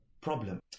problem